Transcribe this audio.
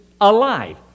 alive